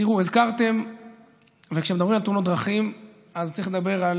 תראו, כשמדברים על תאונות דרכים צריך לדבר על